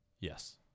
Yes